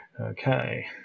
okay